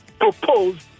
proposed